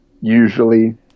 usually